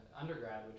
undergrad